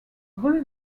rue